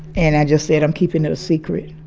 and i just said, i'm keeping it a secret.